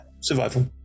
survival